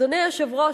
אדוני היושב-ראש,